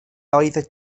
oeddet